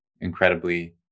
incredibly